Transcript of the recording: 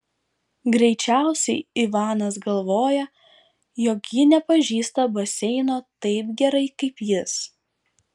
greičiausiai ivanas galvoja jog ji nepažįsta baseino taip gerai kaip jis